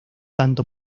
tanto